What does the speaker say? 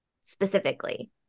specifically